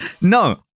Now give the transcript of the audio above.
no